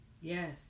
Yes